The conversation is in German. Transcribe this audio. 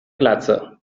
glatze